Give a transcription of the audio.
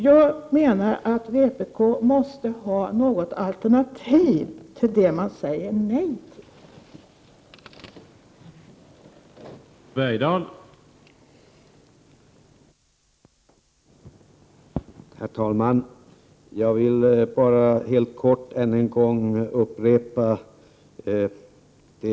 Jag menar att vpk måste ha något alternativ till det man säger nej till.